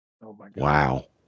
Wow